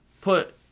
put